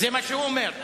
זה מה שהוא אומר.